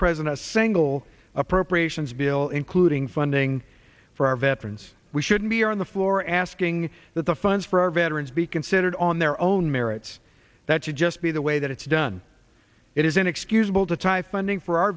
president a single appropriations bill including funding for our veterans we should be on the floor asking that the funds for our veterans be considered on their own merits that should just be the way that it's done it is inexcusable to tie funding for our